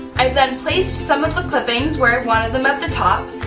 i then placed some of the clippings where i wanted them at the top,